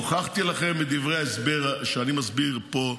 הוכחתי לכם בדברי ההסבר שאני מסביר פה,